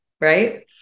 Right